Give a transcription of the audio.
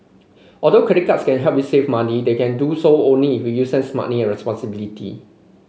although credit cards can help you save money they can do so only if use them smartly and responsibility